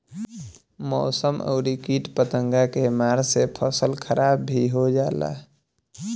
मौसम अउरी किट पतंगा के मार से फसल खराब भी हो जाला